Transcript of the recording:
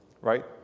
right